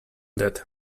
that